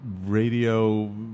radio